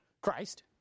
Christ